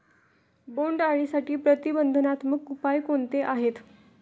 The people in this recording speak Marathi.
बोंडअळीसाठी प्रतिबंधात्मक उपाय कोणते आहेत?